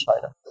China